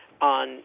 on